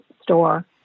store